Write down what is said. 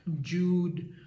Jude